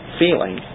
feeling